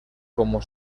como